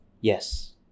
Yes